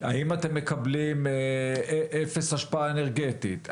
האם אתם מקבלים אפס אשפה אנרגטית?